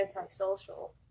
antisocial